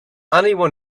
anyone